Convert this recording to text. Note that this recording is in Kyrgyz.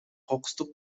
кокустук